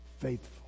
faithful